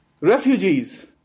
refugees